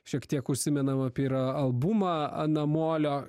šiek tiek užsimenam apie yra albumą namolio